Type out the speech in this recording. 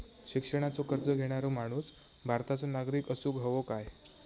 शिक्षणाचो कर्ज घेणारो माणूस भारताचो नागरिक असूक हवो काय?